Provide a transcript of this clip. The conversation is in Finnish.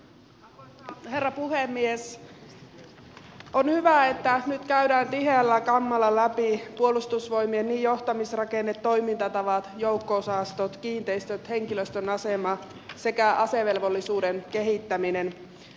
on hyvä että nyt käydään tiheällä kammalla läpi puolustusvoimien johtamisrakenne toimintatavat joukko osastot kiinteistöt henkilöstön asema sekä asevelvollisuuden kehittäminen